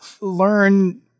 learn